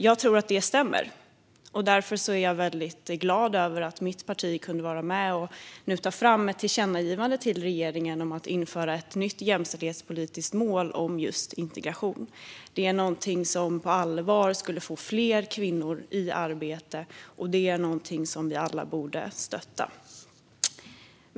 Jag tror att det stämmer, och därför är jag väldigt glad över att mitt parti kunde vara med och ta fram ett tillkännagivande till regeringen om att införa ett nytt jämställdhetspolitiskt mål om just integration. Det är någonting som på allvar skulle få fler kvinnor i arbete, och det är någonting som vi alla borde stötta.